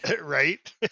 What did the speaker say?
Right